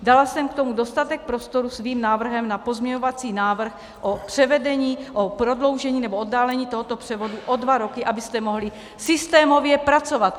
Dala jsem k tomu dostatek prostoru svým návrhem na pozměňovací návrh o prodloužení nebo oddálení tohoto převodu o dva roky, abyste mohli systémově pracovat.